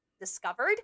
discovered